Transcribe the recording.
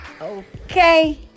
Okay